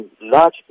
large